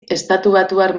estatubatuar